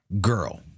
Girl